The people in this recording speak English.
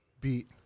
beat